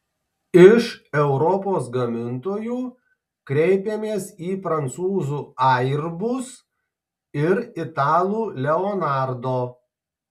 iš europos gamintojų kreipėmės į prancūzų airbus ir italų leonardo